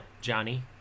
Johnny